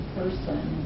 person